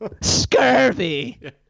Scurvy